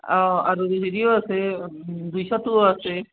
অঁ আৰু হেৰিও আছে দুশতোও আছে